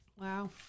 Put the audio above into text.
Wow